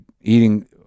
eating